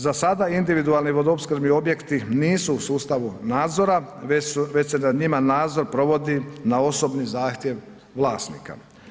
Za sada individualni vodoopskrbni objekti nisu u sustavu nadzora već se nad njima nadzor provodi na osobni zahtjev vlasnika.